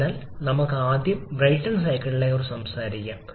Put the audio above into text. അതിനാൽ ആദ്യം നമുക്ക് ബ്രൈറ്റൺ സൈക്കിളിനെക്കുറിച്ച് സംസാരിക്കാം